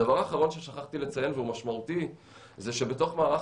דבר אחרון ששכחתי לציין והוא משמעותי זה שבתוך מערך